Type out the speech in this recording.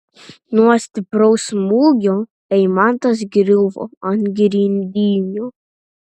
nuo stipraus smūgio eimantas griuvo ant grindinio